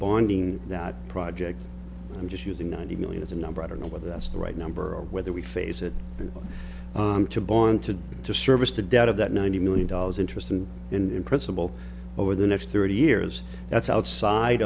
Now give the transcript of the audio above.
bonding that project i'm just using ninety million is a number i don't know whether that's the right number or whether we face it and to bond to to service the debt of that ninety million dollars interest and in principle over the next thirty years that's outside